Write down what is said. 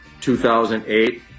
2008